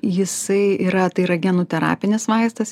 jisai yra tai yra genų terapinis vaistas